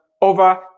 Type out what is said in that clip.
over